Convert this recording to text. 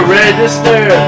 register